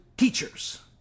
Teachers